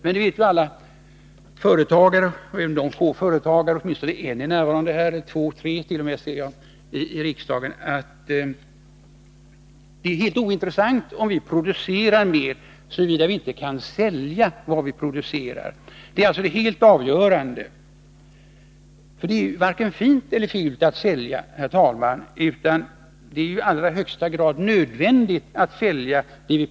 Men alla företagare — även de få företagare som är här i salen; jag ser två tre stycken — vet att det är helt ointressant om vi producerar mer, såvida vi inte kan sälja vad vi politiska åtgärder producerar. Detta är alltså helt avgörande. Det är varken fint eller fult att» m.